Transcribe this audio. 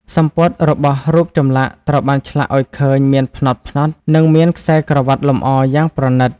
សំពត់របស់រូបចម្លាក់ត្រូវបានឆ្លាក់ឱ្យឃើញមានផ្នត់ៗ និងមានខ្សែក្រវាត់លម្អយ៉ាងប្រណីត។